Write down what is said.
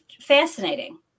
fascinating